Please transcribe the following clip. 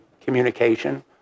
communication